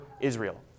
Israel